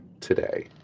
today